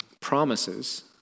promises